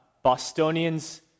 Bostonians